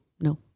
No